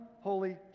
Holy